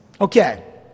Okay